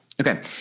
Okay